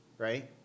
Right